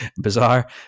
bizarre